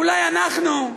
אולי אנחנו,